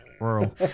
Rural